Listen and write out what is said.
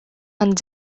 and